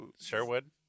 Sherwood